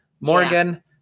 Morgan